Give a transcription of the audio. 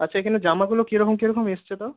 আচ্ছা এখানে জামাগুলো কিরকম কিরকম এসছে তাও